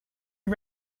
you